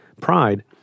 pride